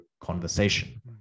conversation